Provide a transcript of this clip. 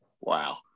Wow